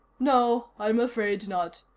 no, i'm afraid not.